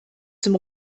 zum